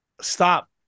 Stop